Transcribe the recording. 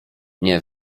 nie